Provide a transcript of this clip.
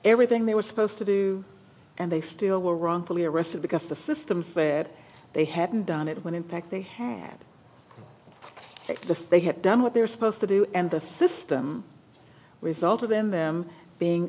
everything they were supposed to do and they still were wrongfully arrested because the system said they hadn't done it when in fact they had the they had done what they're supposed to do and the system resulted in them being